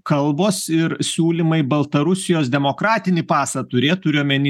kalbos ir siūlymai baltarusijos demokratinį pasą turėt turiu omeny